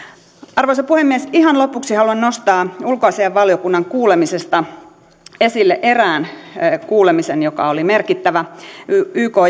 arvoisa puhemies ihan lopuksi haluan nostaa ulkoasiainvaliokunnan kuulemisista esille erään kuulemisen joka oli merkittävä yk